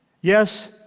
Yes